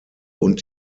und